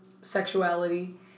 sexuality